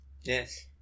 Yes